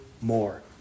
more